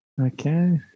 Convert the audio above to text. Okay